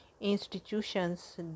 institutions